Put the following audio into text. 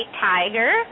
tiger